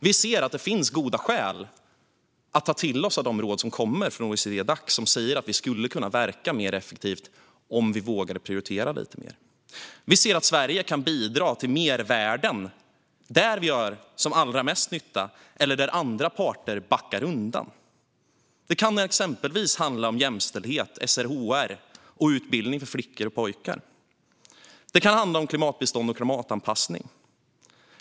Vi ser att det finns goda skäl att ta till oss av de råd som kommer från OECD-Dac som säger att vi skulle kunna verka mer effektivt om vi vågade prioritera lite mer. Vi ser att Sverige kan bidra till mervärden där vi gör som allra mest nytta eller där andra parter backar undan. Det kan exempelvis handla om jämställdhet, SRHR och utbildning för flickor och pojkar. Det kan handla om klimatbistånd och klimatanpassning.